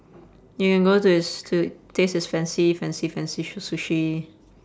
you can go this to taste this fancy fancy fancy sushi